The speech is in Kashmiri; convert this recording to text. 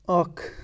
اَکھ